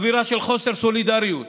אווירה של חוסר סולידריות.